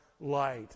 light